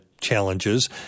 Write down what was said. challenges